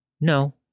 No